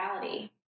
reality